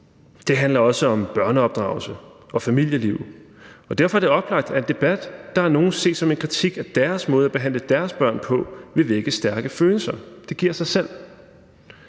Det handler også om børneopdragelse og familieliv, og derfor er det oplagt, at en debat, der af nogle ses som en kritik af deres måde at behandle deres børn på, vil vække stærke følelser. Det giver sig selv.